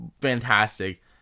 fantastic